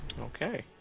Okay